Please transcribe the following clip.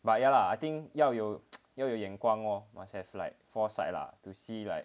but ya lah I think 要有要有眼光 lor must have like foresight lah to see like